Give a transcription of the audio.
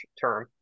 term